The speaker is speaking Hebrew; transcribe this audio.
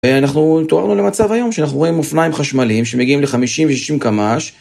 אנחנו תוארנו למצב היום שאנחנו רואים אופניים חשמליים שמגיעים ל-50 ו-60 קמ"ש.